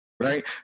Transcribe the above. Right